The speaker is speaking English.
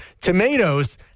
tomatoes